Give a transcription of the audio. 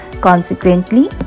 Consequently